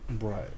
Right